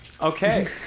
Okay